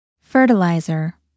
Fertilizer